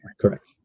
Correct